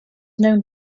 known